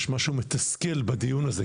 יש משהו מתסכל בדיון הזה,